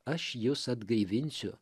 aš jus atgaivinsiu